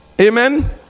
amen